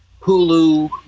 Hulu